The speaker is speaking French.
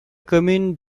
commune